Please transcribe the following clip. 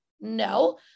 No